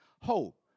Hope